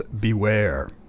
beware